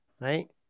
right